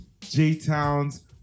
J-Town's